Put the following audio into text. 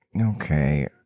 okay